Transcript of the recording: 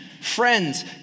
friends